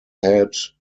head